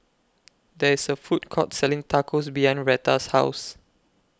There IS A Food Court Selling Tacos behind Retta's House